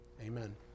Amen